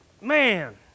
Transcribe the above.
Man